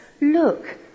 look